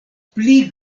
pli